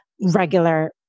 regular